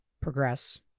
progress